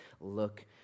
look